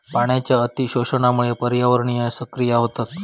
पाण्याच्या अती शोषणामुळा पर्यावरणीय प्रक्रिया होतत